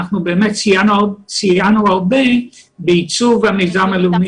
אנחנו באמת סייענו הרבה בעיצוב המיזם הלאומי